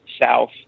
south